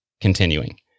Continuing